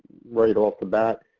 right off the bat.